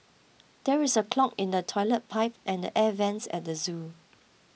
there is a clog in the Toilet Pipe and the Air Vents at the zoo